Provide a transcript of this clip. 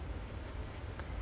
really ah